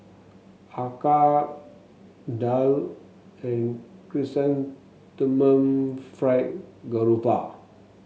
acar daal and Chrysanthemum Fried Garoupa